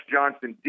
Johnson